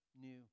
new